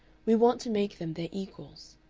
we want to make them their equals.